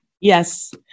Yes